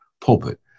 pulpit